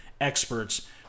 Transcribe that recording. experts